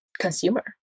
consumer